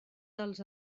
dels